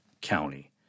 County